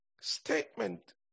statement